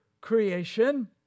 creation